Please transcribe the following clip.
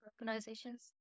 organizations